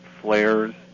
flares